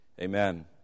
amen